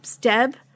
Deb